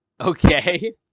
Okay